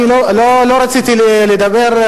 לא רציתי לדבר,